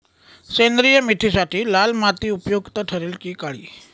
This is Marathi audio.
सेंद्रिय मेथीसाठी लाल माती उपयुक्त ठरेल कि काळी?